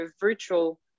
virtual